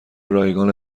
رایگان